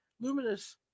luminous